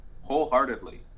wholeheartedly